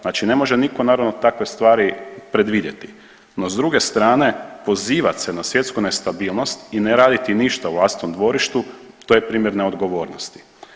Znači ne može nitko, naravno, takve stvari predvidjeti, no s druge strane, pozivati se na svjetsku nestabilnosti i ne raditi ništa u vlastitom dvorištu, to je primjer neodgovornosti.